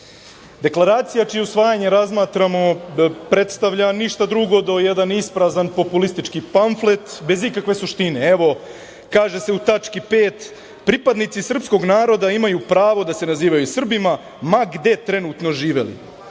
Deklaracija čije usvajanje razmatramo predstavlja ništa drugo do jedan isprazan populistički pamflet bez ikakve suštine. Evo, kaže se u tački 5 - pripadnici srpskog naroda imaju pravo da se nazivaju Srbima, ma gde trenutno živeli.